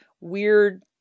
weird